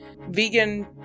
vegan